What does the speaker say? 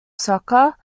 soccer